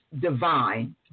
divine